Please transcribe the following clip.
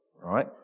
Right